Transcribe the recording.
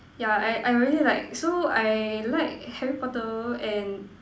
yeah I I really like so I like Harry Potter and